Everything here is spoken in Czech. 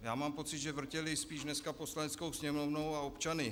Já mám pocit, že vrtěli spíš dneska Poslaneckou sněmovnou a občany.